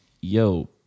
yo